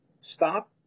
stop